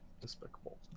despicable